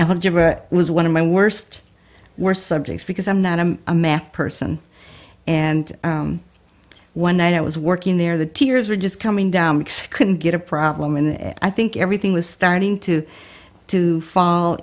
algebra was one of my worst worst subjects because i'm not i'm a math person and one night i was working there the tears were just coming down mix couldn't get a problem and i think everything was starting to to fall